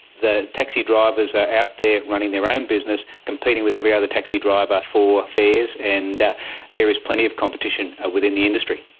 the taxi drivers are out there running their own business, competing with every other taxi driver for fares, and there is plenty of competition ah within the industry.